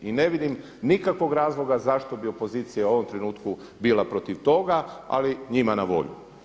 I ne vidim nikakvog razloga zašto bi opozicija u ovom trenutku bila protiv toga ali njima na volju.